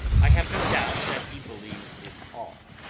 i have no doubt that he believes it all.